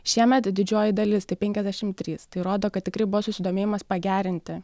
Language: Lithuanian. šiemet didžioji dalis tai penkiasdešim trys tai rodo kad tikrai buvo susidomėjimas pagerinti